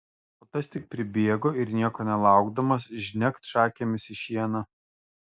o tas tik pribėgo ir nieko nelaukdamas žnekt šakėmis į šieną